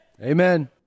Amen